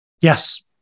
Yes